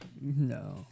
No